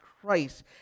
Christ